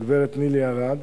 הגברת נילי ארד.